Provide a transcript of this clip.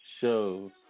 shows